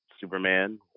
Superman